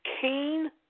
Kane